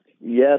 Yes